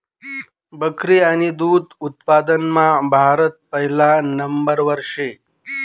बकरी आणि दुध उत्पादनमा भारत पहिला नंबरवर शे